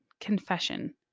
confession